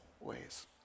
ways